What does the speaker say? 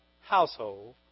household